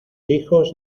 hijos